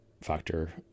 factor